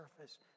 surface